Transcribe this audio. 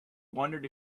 wondered